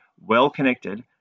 well-connected